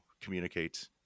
communicate